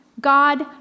God